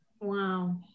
wow